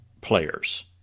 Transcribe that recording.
players